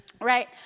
right